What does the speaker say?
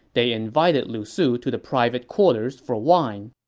they invited lu su to the private quarters for wine